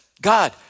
God